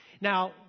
Now